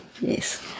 Yes